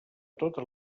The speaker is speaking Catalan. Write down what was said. totes